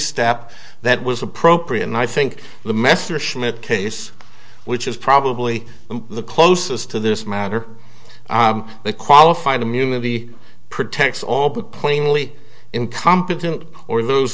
step that was appropriate and i think the messerschmitt case which is probably the closest to this matter the qualified immunity protects all but plainly incompetent or those